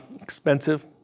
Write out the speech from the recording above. expensive